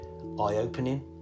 eye-opening